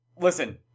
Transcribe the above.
Listen